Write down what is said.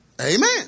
Amen